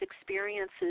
experiences